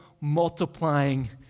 multiplying